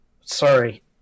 Sorry